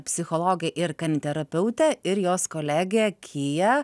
psichologė ir kaniterapeutė ir jos kolegė kija